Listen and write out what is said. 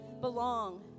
belong